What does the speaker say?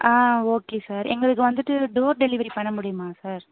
ஆ okay sir எங்களுக்கு வந்துட்டு door delivery பண்ண முடியுமா சார்